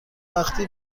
وقی